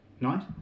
night